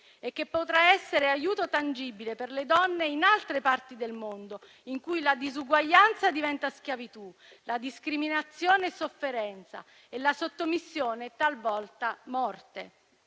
e che potrà essere aiuto tangibile per le donne in altre parti del mondo, in cui la disuguaglianza diventa schiavitù, la discriminazione sofferenza e la sottomissione talvolta morte.